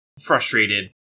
frustrated